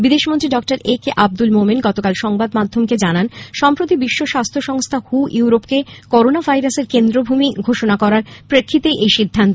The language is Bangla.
বিদেশমন্ত্রী ডক্টর একে আব্দুল মোমেন গতকাল সংবাদ মাধ্যমেকে জানান সম্প্রতি বিশ্ব স্বাস্হ্য সংস্হা হু ইউরোপকে করোনা ভাইরাসের কেন্দ্রভূমি ঘোষণার প্রেক্ষিতেই এই সিদ্ধান্ত